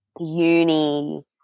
uni